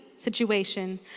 Situation